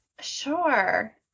Sure